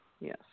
yes